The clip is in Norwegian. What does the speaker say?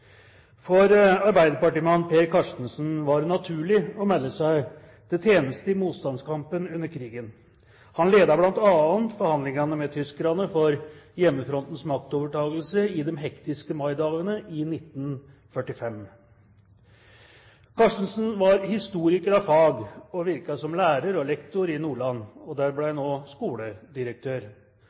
For arbeiderpartimannen Per Karstensen var det naturlig å melde seg til tjeneste i motstandskampen under krigen. Han ledet bl.a. forhandlingene med tyskerne for hjemmefrontens maktovertakelse i de hektiske maidagene i 1945. Karstensen var historiker av fag og virket som lærer og lektor i Nordland. Der ble han også skoledirektør.